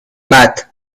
bath